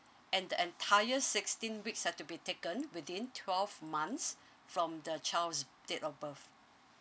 and the entire sixteen weeks had to be taken within twelve months from the child's date of birth